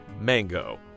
Mango